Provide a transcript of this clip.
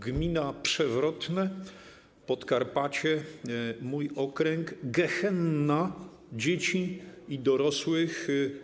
Gmina Przewrotne, Podkarpacie, mój okręg - gehenna dzieci i dorosłych.